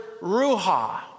Ruha